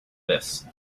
this